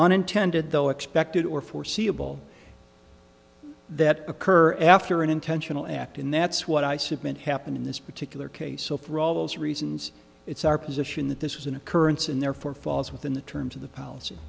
unintended though expected or foreseeable that occur after an intentional act and that's what i submit happened in this particular case so for all those reasons it's our position that this was an occurrence and therefore falls within the terms of the policy is